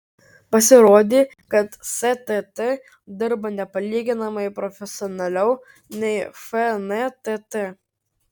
pasirodė kad stt dirba nepalyginamai profesionaliau nei fntt